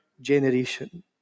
generation